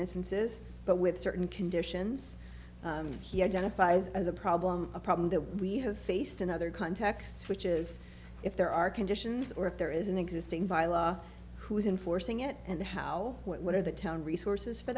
instances but with certain conditions he identifies as a problem a problem that we have faced in other contexts which is if there are conditions or if there is an existing bylaw who's enforcing it and how what are the town resources for